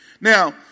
Now